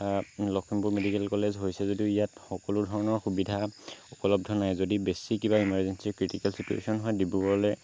Lakhimpur medical college হৈছে যদিও ইয়াত সকলো ধৰণৰ সুবিধা উপলব্ধ নাই যদি বেছি কিবা ইমাৰজেন্চি ক্ৰিটিকেল চিটুৱেশ্বন হয় ডিব্ৰুগড়লৈ